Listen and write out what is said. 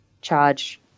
charge